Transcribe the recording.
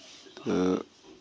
تہٕ